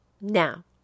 Now